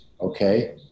okay